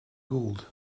gold